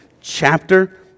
chapter